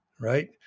right